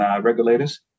regulators